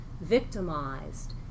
victimized